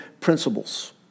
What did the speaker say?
principles